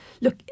look